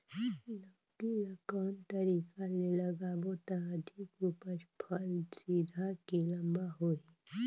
लौकी ल कौन तरीका ले लगाबो त अधिक उपज फल सीधा की लम्बा होही?